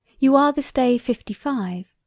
you are this day fifty five.